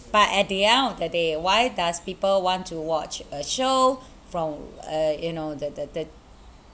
but at the end of the day why does people want to watch a show from uh you know the the the